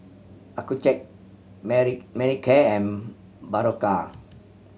Accucheck Mani Manicare and Berocca